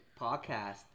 podcast